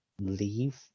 leave